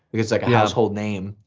it's like a household name.